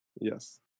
Yes